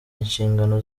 inshingano